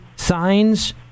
Signs